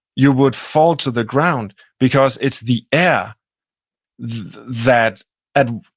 you would fall to the ground because it's the air that and